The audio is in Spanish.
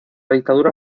dictadura